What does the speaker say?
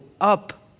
up